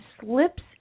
slips